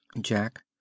Jack